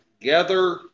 gather